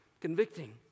Convicting